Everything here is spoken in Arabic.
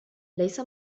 ليس